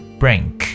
brink